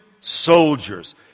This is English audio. soldiers